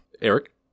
Eric